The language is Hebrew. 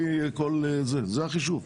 זה החישוב.